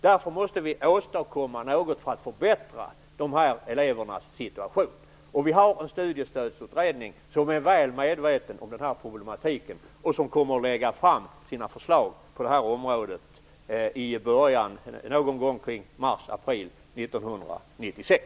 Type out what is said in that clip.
Därför måste vi göra något för att förbättra de elevernas situation. Vi har en studiestödsutredning som är väl medveten om den här problematiken och som kommer att lägga fram sina förslag på det här området någon gång i mars-april 1996.